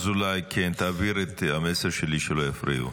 ינון אזולאי, כן, תעביר את המסר שלי שלא יפריעו,